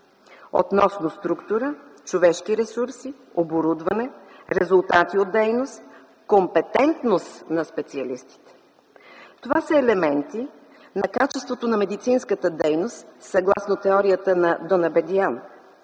относно структура, човешки ресурси, оборудване, резултати от дейност, компетентност на специалистите. Това са елементи на качеството на медицинската дейност съгласно теорията на Донабедиан.